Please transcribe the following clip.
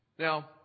Now